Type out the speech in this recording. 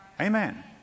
Amen